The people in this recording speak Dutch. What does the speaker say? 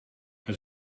het